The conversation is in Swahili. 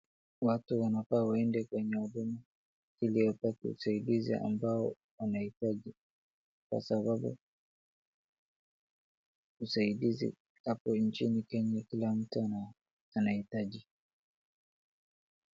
Watu wanafaa waende kwenye huduma ili wapate usaidizi ambao wanahitaji, kwa sababu usaidizi hapo nchini Kenya kila mtu anahitaji.